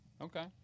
okay